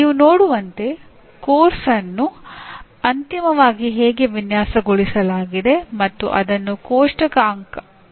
ನೀವು ನೋಡುವಂತೆ ಪಠ್ಯಕ್ರಮವನ್ನು ಅಂತಿಮವಾಗಿ ಹೀಗೆ ವಿನ್ಯಾಸಗೊಳಿಸಲಾಗಿದೆ ಮತ್ತು ಅದನ್ನು ಕೋಷ್ಟಕ ಅಂಕಣದಲ್ಲಿ ಪ್ರಸ್ತುತಪಡಿಸಲಾಗುತ್ತದೆ